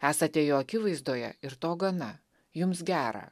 esate jo akivaizdoje ir to gana jums gera